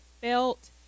felt